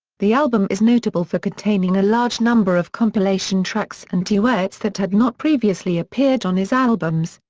the album is notable for containing a large number of compilation tracks and duets that had not previously appeared on his albums,